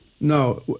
No